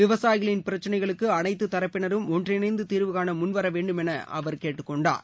விவசாயிகளின் பிரச்சினைகளுக்கு அனைத்து தரப்பினரும் ஒன்றிணைந்து தீர்வுகாண முன் வர வேண்டும் என கேட்டுக்கொண்டார்